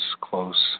close